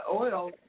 oil